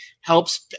helps